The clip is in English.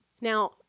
Now